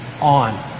on